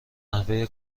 نحوه